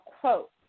quote